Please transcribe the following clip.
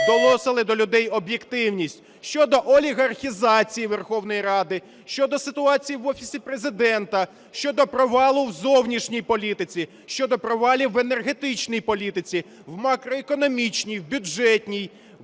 доносили до людей об'єктивність щодо олігархизації Верховної Ради, щодо ситуації в Офісі Президента, щодо провалу в зовнішній політиці, щодо провалів в енергетичній політиці, в макроекономічній, в бюджетній,